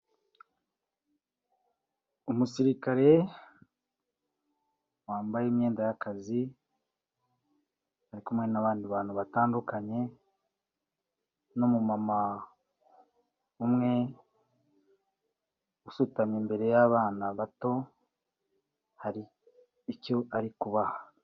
Umusirikare wambaye imyenda y'akazi, ari kumwe n'abandi bantu batandukanye n'umumama umwe usutamye imbere y'abana bato, hari icyo ari kubaha.